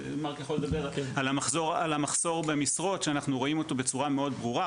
מרק יכול לדבר על המחסור במשרות שאנחנו רואים אותו בצורה מאוד ברורה,